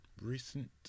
recent